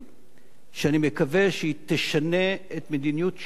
שאני מקווה שהיא תשנה את מדיניות תשובת המדינה